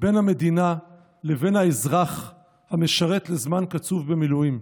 בין המדינה לבין האזרח המשרת לזמן קצוב במילואים.